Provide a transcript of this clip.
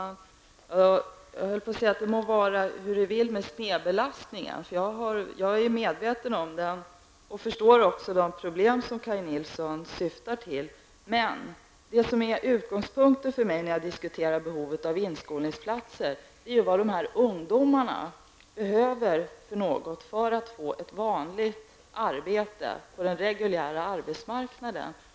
Fru talman! Jag höll på att säga att det må vara hur det vill med snedbelastningen. Jag är medveten om och förstår också de problem som Kaj Nilsson syftar på. Men det som är utgångspunkten för mig när jag diskuterar behovet av inskolningsplatser är ju vad dessa ungdomar behöver för att få ett arbete på den reguljära arbetsmarknaden.